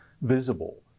visible